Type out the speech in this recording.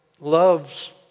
loves